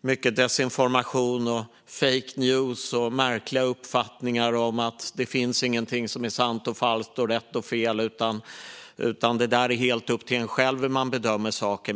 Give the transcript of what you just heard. mycket desinformation, fake news och märkliga uppfattningar om att det inte finns något som är sant och falskt och rätt och fel utan att det är helt upp till en själv hur man bedömer saker.